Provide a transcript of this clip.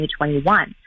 2021